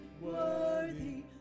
worthy